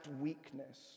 weakness